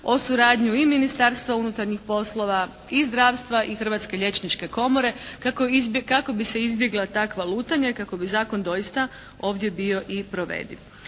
o suradnji i Ministarstva unutarnjih poslova, i zdravstva, i Hrvatske liječničke komore kako bi se izbjegla takva lutanja i kako bi zakon doista ovdje bio i provediv.